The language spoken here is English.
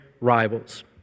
rivals